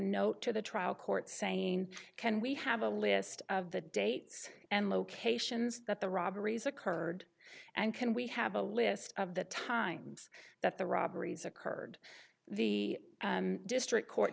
note to the trial court saying can we have a list of the dates and locations that the robberies occurred and can we have a list of the times that the robberies occurred the district court